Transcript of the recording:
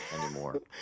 anymore